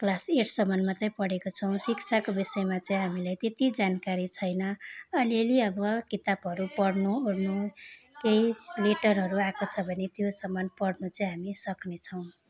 class एटसम्म मात्रै पढेको छौँ शिक्षाको विषयमा चाहिँ हामीलाई त्यति जानकारी छैन अलिअलि अब किताबहरू पढ्नु ओर्नु त्यही लेटरहरू आएको छ भने त्योसम्म पढ्नु चाहिँ हामी सक्नेछौँ